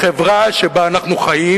בחברה שבה אנחנו חיים,